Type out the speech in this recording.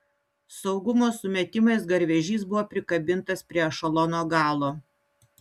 saugumo sumetimais garvežys buvo prikabintas prie ešelono galo